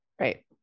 Right